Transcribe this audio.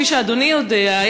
כפי שאדוני יודע,